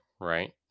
right